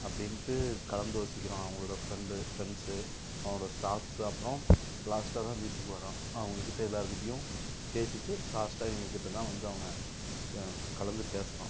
அப்படினுட்டு கலந்தோசிக்கிறான் அவங்களோடய ஃப்ரெண்ட்டு ஃப்ரெண்ட்ஸு அவனோட ஸ்டாஃப்ஸு அப்புறம் லாஸ்ட்டாக தான் வீட்டுக்கு வரான் அவங்ககிட்ட எல்லார்கிட்டயும் பேசிட்டு லாஸ்டாக எங்கள்கிட்ட தான் வந்து அவன் கலந்து பேசுகிறான்